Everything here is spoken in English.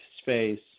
space